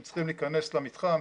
הם צריכים להיכנס למתחם,